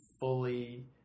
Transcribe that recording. fully—